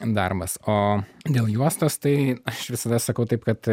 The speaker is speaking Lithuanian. darbas o dėl juostos tai aš visada sakau taip kad